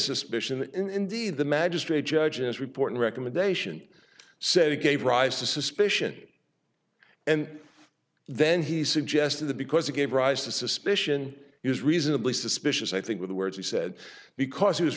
suspicion that indeed the magistrate judge is reporting recommendation said it gave rise to suspicion and then he suggested that because it gave rise to suspicion is reasonably suspicious i think with the words he said because he was